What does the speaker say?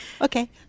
Okay